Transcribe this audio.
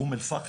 אום אל פאחם,